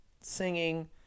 singing